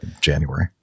january